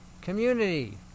community